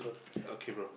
okay bro